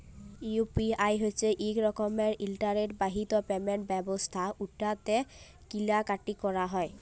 UPI হছে ইক রকমের ইলটারলেট বাহিত পেমেল্ট ব্যবস্থা উটতে কিলা কাটি ক্যরা যায়